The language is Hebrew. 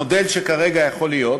המודל שכרגע יכול להיות,